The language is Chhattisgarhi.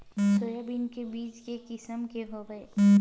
सोयाबीन के बीज के किसम के हवय?